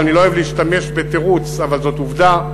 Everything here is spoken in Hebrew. ואני לא אוהב להשתמש בתירוץ אבל זאת עובדה,